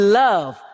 love